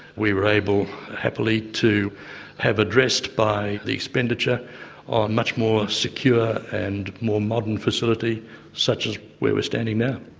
we were able, happily, to have addressed by the expenditure on a much more secure and more modern facility such as where we're standing now.